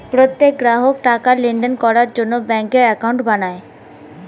প্রত্যেক গ্রাহক টাকার লেনদেন করার জন্য ব্যাঙ্কে অ্যাকাউন্ট বানায়